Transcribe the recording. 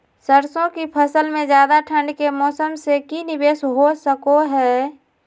सरसों की फसल में ज्यादा ठंड के मौसम से की निवेस हो सको हय?